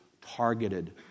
targeted